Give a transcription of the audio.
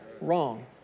wrong